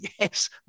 yes